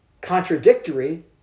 contradictory